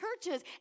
churches